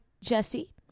Jesse